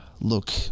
Look